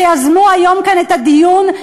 שיזמו היום את הדיון כאן,